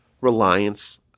reliance